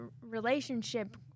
relationship